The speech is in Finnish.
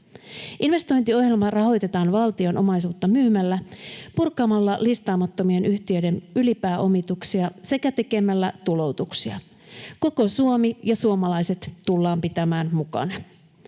Investointiohjelma rahoitetaan valtion omaisuutta myymällä, purkamalla listaamattomien yhtiöiden ylipääomituksia sekä tekemällä tuloutuksia. Koko Suomi ja suomalaiset tullaan pitämään mukana.